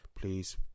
please